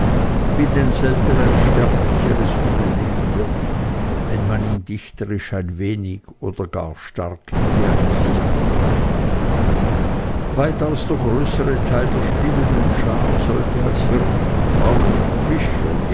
wie denn selten ein sterblicher es übel aufnehmen wird wenn man ihn dichterisch ein wenig oder gar stark idealisiert weitaus der größere teil der spielenden schar sollte als hirten bauern fischer